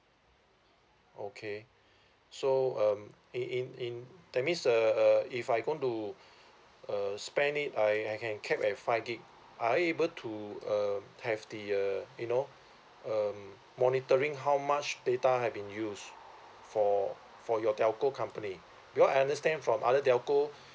okay so um in in in that means uh if I'm going to uh spend it I I can capped at five gb are it able to uh have the uh you know um monitoring how much data have been used for for your telco company because I understand from other telco